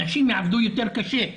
אנשים יעבדו יותר קשה,